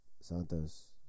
Santos